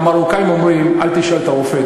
המרוקאים אומרים: אל תשאל את הרופא,